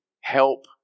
help